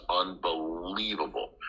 unbelievable